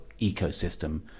ecosystem